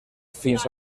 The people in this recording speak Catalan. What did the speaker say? fins